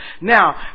Now